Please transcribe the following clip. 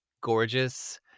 gorgeous